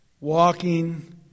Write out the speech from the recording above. walking